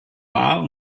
war